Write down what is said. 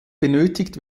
benötigt